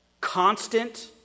constant